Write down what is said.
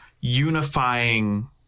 unifying